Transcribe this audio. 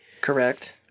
Correct